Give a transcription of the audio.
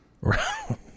Right